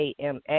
AMA